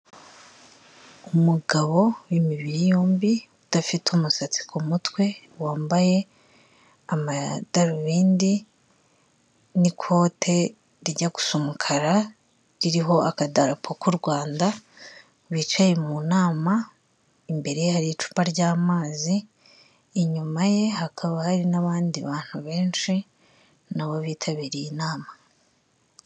Umugabo w'imibiri yombi udafite umusatsi ku mutwe wambaye amadarubindi n'ikote rijya gusa umukara, ririho akadapo k'u Rwanda wicaye mu nama, imbere hari icupa ry'amazi, inyuma ye hakaba hari n'abandi bantu benshi n'abo bitabiriye inama.